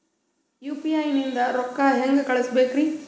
UPI ನಿಂದ ರೊಕ್ಕ ಹೆಂಗ ಕಳಸಬೇಕ್ರಿ?